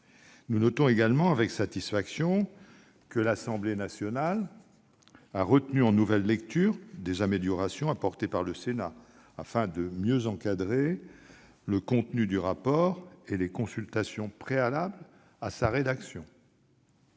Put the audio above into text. Nous notons également avec satisfaction que l'Assemblée nationale a retenu, en nouvelle lecture, les améliorations apportées par le Sénat afin de mieux encadrer le contenu du rapport et les consultations préalables à sa rédaction.